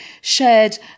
shared